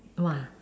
!wah!